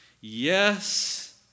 Yes